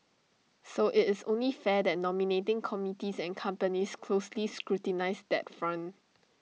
so IT is only fair that nominating committees and companies closely scrutinise that front